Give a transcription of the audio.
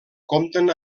compten